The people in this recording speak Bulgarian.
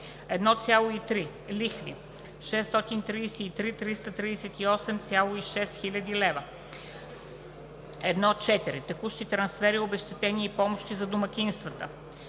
1.3. Лихви 633 338,6 хил. лв. 1.4. Текущи трансфери, обезщетения и помощи за домакинствата